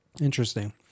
Interesting